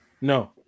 No